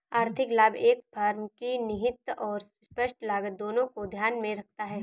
आर्थिक लाभ एक फर्म की निहित और स्पष्ट लागत दोनों को ध्यान में रखता है